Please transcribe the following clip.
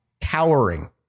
cowering